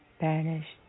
banished